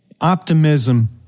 optimism